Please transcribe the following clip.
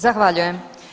Zahvaljujem.